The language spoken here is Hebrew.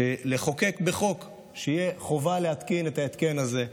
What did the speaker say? לחוקק בחוק שתהיה חובה להתקין את ההתקן הזה.